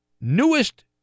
newest